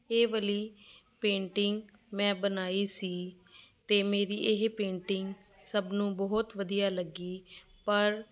ਇਹ ਵਾਲੀ ਪੇਂਟਿੰਗ ਮੈਂ ਬਣਾਈ ਸੀ ਅਤੇ ਮੇਰੀ ਇਹ ਪੇਂਟਿੰਗ ਸਭ ਨੂੰ ਬਹੁਤ ਵਧੀਆ ਲੱਗੀ ਪਰ